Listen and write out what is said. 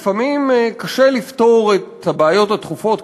לפעמים קשה לפתור את הבעיות הדחופות,